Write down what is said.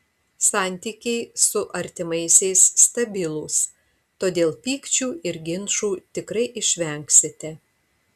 santykiai su artimaisiais stabilūs todėl pykčių ir ginčų tikrai išvengsite